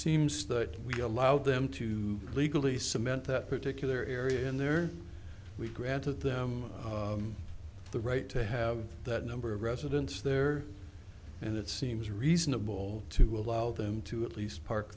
seems that we allow them to legally cement that particular area in there we granted them the right to have that number of residents there and it seems reasonable to allow them to at least park